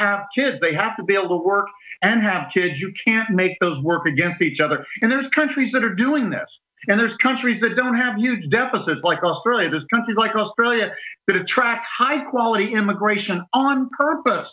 have kids they have to be able to work and have kids you can make those work against each other and there's countries that are doing this and there's countries that don't have huge deficit like early this country like australia that attract high quality immigration on purpose